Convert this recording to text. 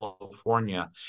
California